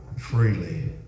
freely